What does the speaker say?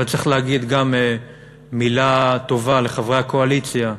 אבל צריך להגיד גם מילה טובה לחברי הקואליציה,